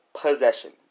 possession